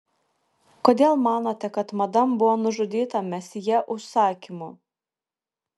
kodėl manote kad madam buvo nužudyta mesjė užsakymu